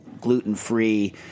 gluten-free